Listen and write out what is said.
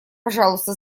пожалуйста